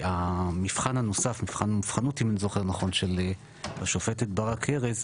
שהמבחן הנוסף מבחן מובחנות אם אני זוכר נכון של השופטת ברק ארז,